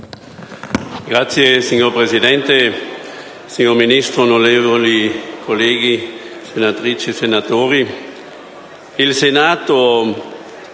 PSI)*. Signor Presidente, signor Ministro, onorevoli colleghi, senatrici e senatori,